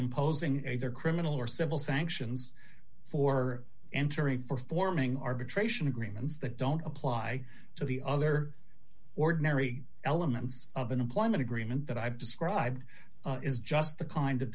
imposing their criminal or civil sanctions for entering performing arbitration agreements that don't apply to the other ordinary elements of an employment agreement that i've described is just the kind of